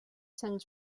sant